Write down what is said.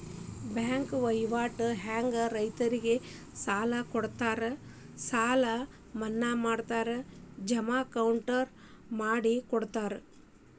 bank ವಹಿವಾಟ ನ್ಯಾಗ ರೈತರಿಗೆ ಸಾಲ ಕೊಡುತ್ತಾರ ಸಾಲ ಮನ್ನಾ ಮಾಡ್ತಾರ ಜಮಾ ಅಕೌಂಟ್ ಮಾಡಿಕೊಡುತ್ತಾರ